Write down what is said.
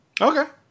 Okay